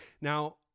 Now